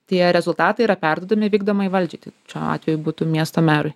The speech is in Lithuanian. tie rezultatai yra perduodami vykdomajai valdžiai šiuo atveju būtų miesto merui